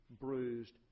bruised